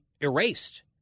erased